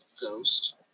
ghost